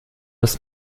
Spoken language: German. das